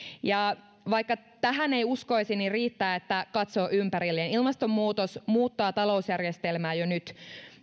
vaikka tähän ei uskoisi niin riittää että katsoo ympärilleen ilmastonmuutos muuttaa talousjärjestelmää jo nyt